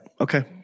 Okay